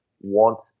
want